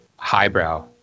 highbrow